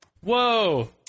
Whoa